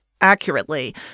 accurately